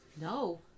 No